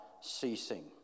ceasing